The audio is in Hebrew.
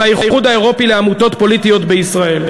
האיחוד האירופי לעמותות פוליטיות בישראל?